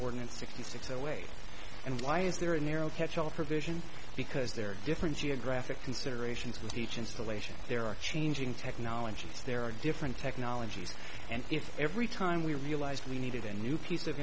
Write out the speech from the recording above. ordinance sixty six away and why is there a narrow catchall for vision because there are different geographic considerations with each installation there are changing technologies there are different technologies and if every time we realized we needed a new piece of